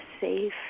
safe